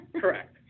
Correct